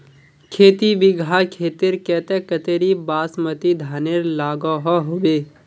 खेती बिगहा खेतेर केते कतेरी बासमती धानेर लागोहो होबे?